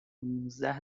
نوزده